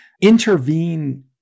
intervene